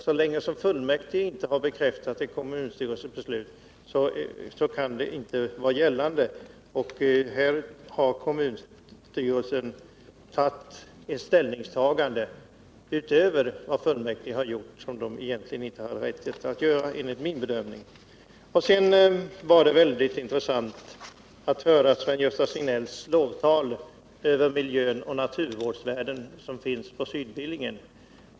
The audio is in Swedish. Så länge fullmäktige inte har bekräftat ett kommunstyrelsebeslut menar jag för min del att det inte kan vara gällande. Här har kommunstyrelsen gjort ett ställningstagande utöver vad fullmäktige har gjort, vilket den egentligen inte har rätt att göra enligt min bedömning. Det var väldigt intressant att höra Sven-Gösta Signells lovtal över miljöoch naturvårdsvärden på Sydbillingen.